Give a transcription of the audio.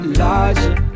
larger